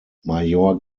major